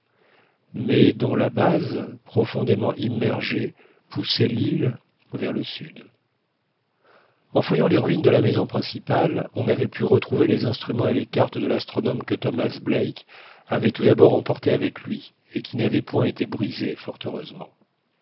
nais dont la base profondément immergée poussait l'île vers le sud en fouillant les ruines de la maison principale on avait pu retrouver les instruments et les cartes de l'astronome que thomas black avait tout d'abord emportés avec lui et qui n'avaient point été brisés fort heureusement